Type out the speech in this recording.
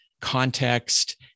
context